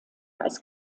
als